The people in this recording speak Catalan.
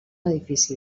edifici